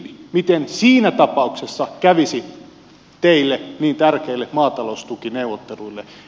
miten siinä tapauksessa kävisi teille niin tärkeille maataloustukineuvotteluille